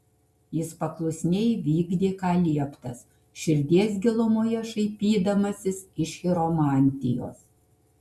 jis paklusniai įvykdė ką lieptas širdies gilumoje šaipydamasis iš chiromantijos